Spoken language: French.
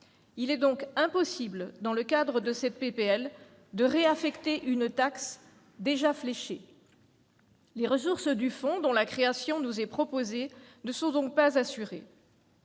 Il est donc impossible, dans le cadre de la présente proposition de loi, de réaffecter une taxe déjà fléchée. Les ressources du fonds dont la création nous est proposée ne sont donc pas assurées.